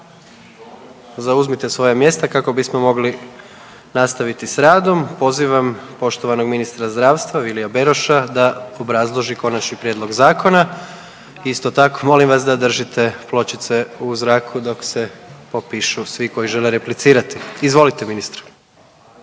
zauzmite svoja mjesta kako bismo mogli nastaviti s radom. Pozivam poštovanog ministra zdravstva Vilija Beroša da obrazloži konačni prijedlog zakona. Isto tako molim vas da držite pločice u zraku dok se popišu svi koji žele replicirati. Izvolite ministre.